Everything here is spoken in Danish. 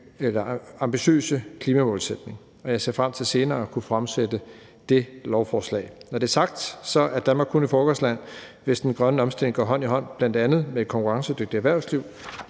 ambitiøse klimamålsætning, og jeg ser frem til senere at kunne fremsætte det lovforslag. Når det er sagt, er Danmark kun et foregangsland, hvis den grønne omstilling går hånd i hånd bl.a. med et konkurrencedygtigt erhvervsliv